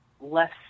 less